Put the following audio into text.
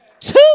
two